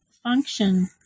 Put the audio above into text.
function